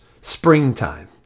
springtime